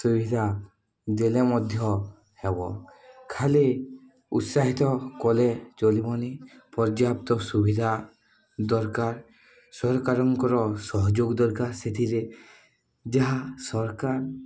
ସୁବିଧା ଦେଲେ ମଧ୍ୟ ହେବ ଖାଲି ଉତ୍ସାହିତ କଲେ ଚଳିବନି ପର୍ଯ୍ୟାପ୍ତ ସୁବିଧା ଦରକାର ସରକାରଙ୍କର ସହଯୋଗ ଦରକାର ସେଥିରେ ଯାହା ସରକାର